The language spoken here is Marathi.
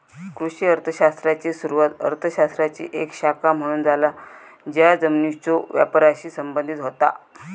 कृषी अर्थ शास्त्राची सुरुवात अर्थ शास्त्राची एक शाखा म्हणून झाला ज्या जमिनीच्यो वापराशी संबंधित होता